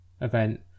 event